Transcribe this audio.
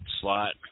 slot